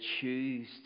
choose